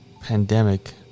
pandemic